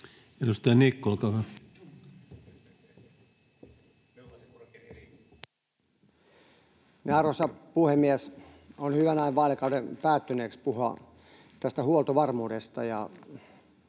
Time: 15:53 Content: Arvoisa puhemies! On hyvä näin vaalikauden päätteeksi puhua tästä huoltovarmuudesta,